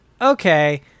okay